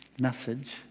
message